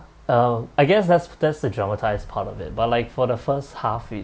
uh I guess that's that's the dramatise part of it but like for the first half